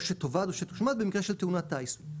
או שתאבד או שתושמד במקרה של תאונת טיס.".